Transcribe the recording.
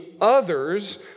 others